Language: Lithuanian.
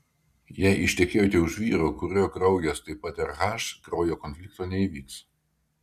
jei ištekėjote už vyro kurio kraujas taip pat rh kraujo konflikto neįvyks